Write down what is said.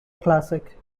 classic